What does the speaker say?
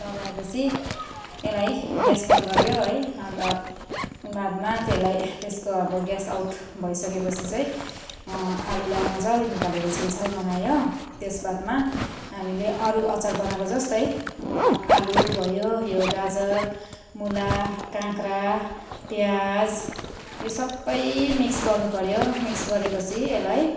लगाएपछि यसलाई ग्यास बन्द गऱ्यो है अन्त बादमा त्यसलाई त्यसको अब ग्यास आउट भइसकेपछि चाहिँ आलुलाई मज्जाले निकालेर छिलछाल बनायो त्यसबादमा हामीले अरू अचार बनाएको जस्तै आलु भयो यो गाजर मुला काँक्रा प्याज यो सबै मिक्स गर्नुपऱ्यो मिक्स गरेपछि यसलाई